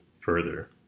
further